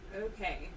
Okay